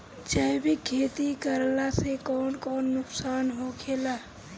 जैविक खेती करला से कौन कौन नुकसान होखेला?